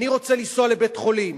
אני רוצה לנסוע לבית-החולים.